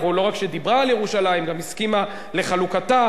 לא רק דיברה על ירושלים, גם הסכימה לחלוקתה.